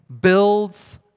builds